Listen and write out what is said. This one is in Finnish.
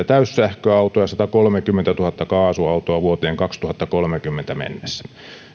täyssähköautoa ja satakolmekymmentätuhatta kaasuautoa vuoteen kaksituhattakolmekymmentä mennessä